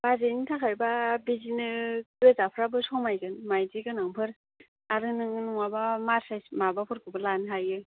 बाजैनि थाखायबा बिदिनो गोजाफ्राबो समायगोन मायदि गोनांफोर आरो नोङो नङाबा मार्साज माबाफोरखौबो लानो हायो